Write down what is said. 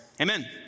amen